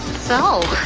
so